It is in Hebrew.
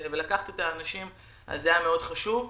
זה היה מאוד חשוב.